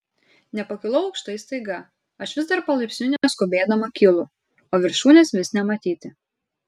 nepakilau aukštai staiga aš vis dar palaipsniui neskubėdama kylu o viršūnės vis nematyti